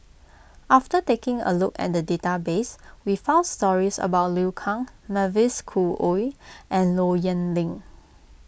after taking a look at the database we found stories about Liu Kang Mavis Khoo Oei and Low Yen Ling